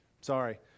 Sorry